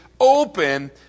open